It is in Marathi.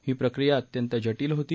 ही प्रक्रीया अंत्यत जटिल होती